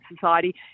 society